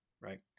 right